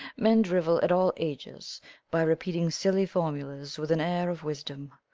men drivel at all ages by repeating silly formulas with an air of wisdom.